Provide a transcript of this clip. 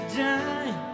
die